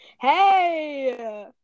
hey